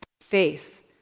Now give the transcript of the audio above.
Faith